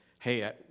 hey